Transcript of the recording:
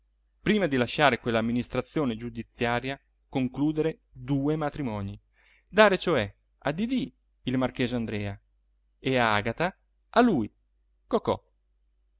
prima di lasciare quell'amministrazione giudiziaria concludere due matrimoni dare cioè a didì il marchese andrea e agata a lui cocò